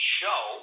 show